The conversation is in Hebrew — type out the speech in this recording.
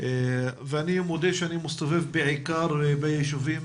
ואני מודה שאני מסתובב בעיקר בישובים